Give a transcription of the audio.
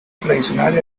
tradicionales